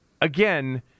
again